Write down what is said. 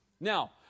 Now